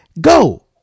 go